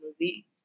movie